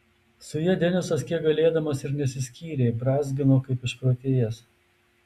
su ja denisas kiek galėdamas ir nesiskyrė brązgino kaip išprotėjęs